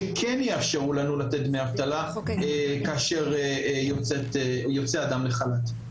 שכן יאפשרו לנו לתת דמי אבטלה כאשר יוצא אדם לחל"ת.